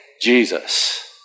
Jesus